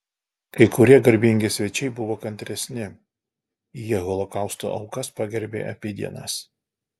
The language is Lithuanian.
kai kurie garbingi svečiai buvo kantresni jie holokausto aukas pagerbė abi dienas